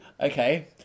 Okay